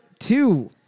Two